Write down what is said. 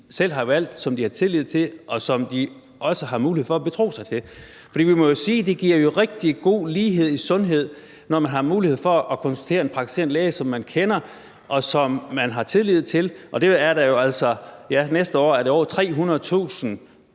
selv har valgt, som de har tillid til, og som de også har mulighed for at betro sig til? For vi må jo sige, at det giver rigtig god lighed i sundhed, når man har mulighed for at konsultere en praktiserende læge, som man kender, og som man har tillid til. Og næste år er det over 300.000